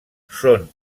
són